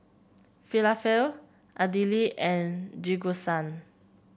Falafel Idili and Jingisukan